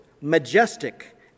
majestic